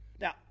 Now